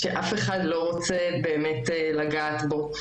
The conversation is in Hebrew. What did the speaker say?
שאף אחד באמת לא רוצה לגעת בו.